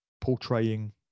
portraying